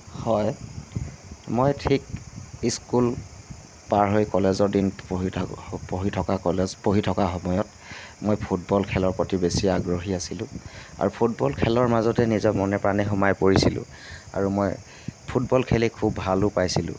হয় মই ঠিক স্কুল পাৰ হৈ কলেজৰ দিন পঢ়ি থকা কলেজ পঢ়ি থকা সময়ত মই ফুটবল খেলৰ প্ৰতি বেছি আগ্ৰহী আছিলোঁ আৰু ফুটবল খেলৰ মাজতে নিজৰ মনে প্ৰাণে সোমাই পৰিছিলোঁ আৰু মই ফুটবল খেলি খুব ভালো পাইছিলোঁ